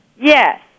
Yes